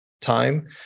time